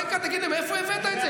תגיד לי, מאיפה הבאת את זה?